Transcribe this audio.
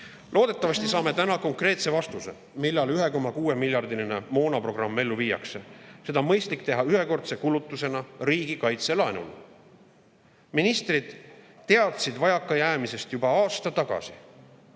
Loodetavasti saame täna konkreetse vastuse, millal 1,6‑miljardiline moonaprogramm ellu viiakse. Seda oleks mõistlik teha ühekordse kulutusena, riigikaitselaenuna. Ministrid teadsid vajakajäämisest juba aasta tagasi.